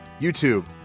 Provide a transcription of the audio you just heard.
YouTube